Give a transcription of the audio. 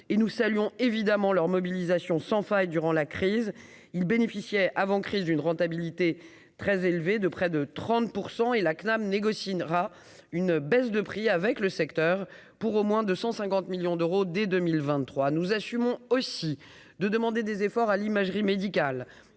et nous saluons évidemment leur mobilisation sans faille durant la crise, ils bénéficiaient avant crise d'une rentabilité très élevée de près de 30 % et la CNAM négocie INRA une baisse de prix avec le secteur pour au moins 250 millions d'euros dès 2023, nous assumons aussi de demander des efforts à l'imagerie médicale,